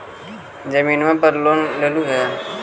जमीनवा पर लोन लेलहु हे?